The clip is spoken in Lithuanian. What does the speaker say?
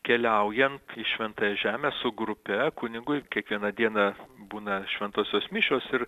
keliaujant į šventąją žemę su grupe kunigui kiekvieną dieną būna šventosios mišios ir